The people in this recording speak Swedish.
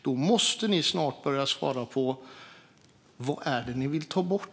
Då måste ni snart börja svara på frågan: Vad är det ni vill ta bort?